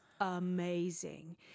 amazing